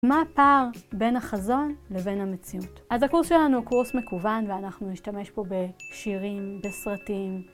מה הפער בין החזון לבין המציאות? אז הקורס שלנו הוא קורס מקוון ואנחנו נשתמש פה בשירים, בסרטים.